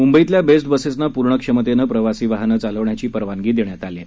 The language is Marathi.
मुंबईतल्या बेस्ट बसेसना पूर्ण क्षमतेनं प्रवासी वाहनं चालवण्याची परवानगी देण्यात आली आहे